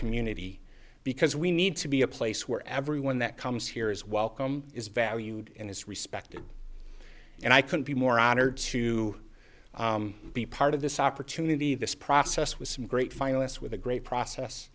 community because we need to be a place where everyone that comes here is welcome is valued and is respected and i couldn't be more honored to be part of this opportunity this process with some great finalists with a great process